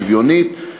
שוויונית,